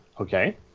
Okay